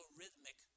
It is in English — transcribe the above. rhythmic